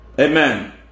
Amen